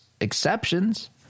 exceptions